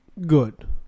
Good